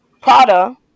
Prada